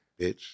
bitch